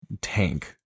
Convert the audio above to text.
tank